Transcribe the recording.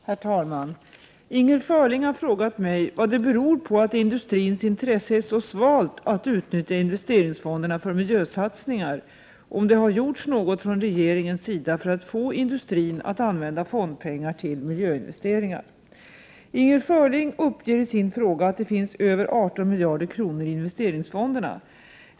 Herr talman! Inger Schörling har frågat mig vad det beror på att industrins intresse för att utnyttja investeringsfonderna för miljösatsningar är så svalt, och om det har gjorts något från regeringens sida för att få industrin att använda fondpengar till miljöinvesteringar. Inger Schörling uppger i sin fråga att det finns över 18 miljarder kronor i investeringsfonderna.